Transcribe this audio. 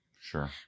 Sure